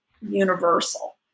universal